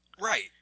Right